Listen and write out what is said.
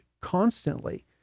constantly